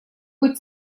быть